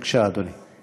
בבקשה, אדוני.